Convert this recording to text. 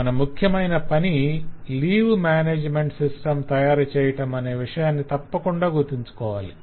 మన ముఖ్యమైన పని లీవ్ మేనేజ్మెంట్ సిస్టం తయారుచేయటమనే విషయాన్ని తప్పకుండా గుర్తుంచుకోవాలి